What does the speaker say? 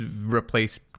replace